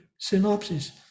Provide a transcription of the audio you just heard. synopsis